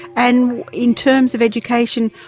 and in terms of education,